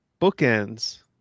Bookends